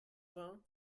vingt